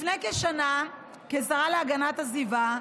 לפני כשנה, כשרה להגנת הסביבה,